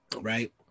right